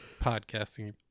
podcasting